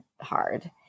hard